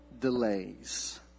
delays